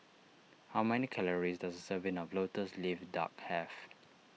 how many calories does serving of Lotus Leaf Duck have